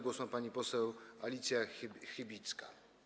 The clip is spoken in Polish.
Głos ma pani poseł Alicja Chybicka.